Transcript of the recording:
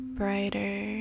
brighter